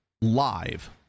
live